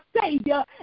savior